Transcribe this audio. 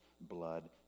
blood